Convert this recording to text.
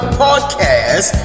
podcast